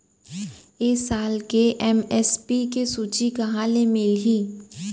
ए साल के एम.एस.पी के सूची कहाँ ले मिलही?